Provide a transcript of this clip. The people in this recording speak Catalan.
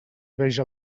veja